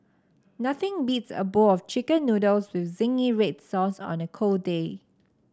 nothing beats a bowl of chicken noodles with zingy red sauce on a cold day